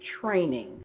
training